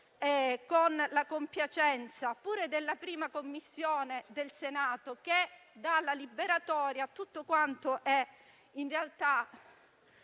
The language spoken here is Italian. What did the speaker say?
con la compiacenza della 1a Commissione del Senato, che dà la liberatoria a tutto quanto in realtà